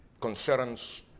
concerns